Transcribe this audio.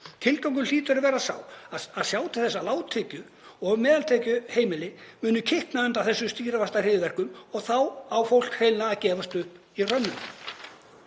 Tilgangurinn hlýtur að vera sá að sjá til þess að lágtekju- og meðaltekjuheimili muni kikna undan þessum stýrivaxtahryðjuverkum og þá á fólk hreinlega að gefast upp í hrönnum.